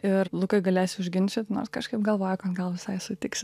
ir lukai galėsi užginčyt nors kažkaip galvoju kad gal visai sutiksi